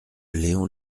léon